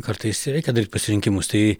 kartais reikia daryt pasirinkimus tai